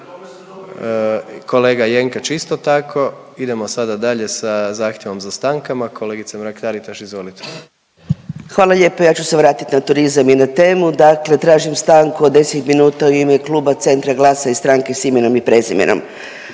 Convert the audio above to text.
kolega Jenkač isto tako. Idemo sada dalje sa zahtjevom za stankama, kolegice Mrak Taritaš izvolite. **Mrak-Taritaš, Anka (GLAS)** Hvala lijepo. Ja ću se vratiti na turizam i na temu. Dakle tražim stanku od 10 minuta u ime Kluba Centra, GLAS-a i Stranke s imenom i prezimenom.